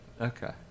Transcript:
Okay